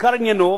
שעיקר עניינו,